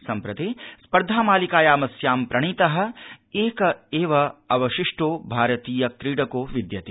सम्प्रति स्पर्धा मालिकायामस्यां प्रणीतः एक एव अवशिष्टो भारतीय क्रीडको विद्यते